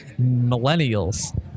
millennials